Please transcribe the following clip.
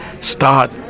start